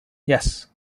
yes